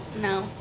No